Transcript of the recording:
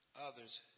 others